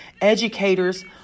educators